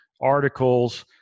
articles